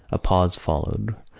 a pause followed,